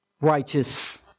righteous